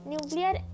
Nuclear